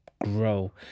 grow